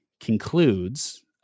concludes